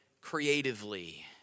creatively